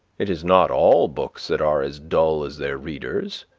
it is not all books that are as dull as their readers.